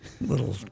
little